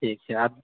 ठीक छै आब